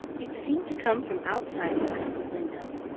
it seemed to come from outside the crystal window,